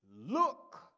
Look